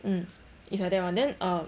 mm it's like that [one] then err